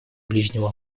ближнего